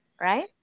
right